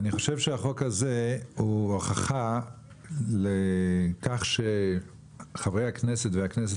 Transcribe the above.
אני חושב שהחוק הזה הוא הוכחה לכך שחברי הכנסת והכנסת